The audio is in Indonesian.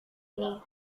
ini